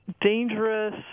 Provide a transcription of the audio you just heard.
dangerous